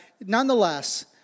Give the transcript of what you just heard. nonetheless